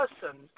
person